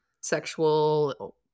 sexual